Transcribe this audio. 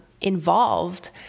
involved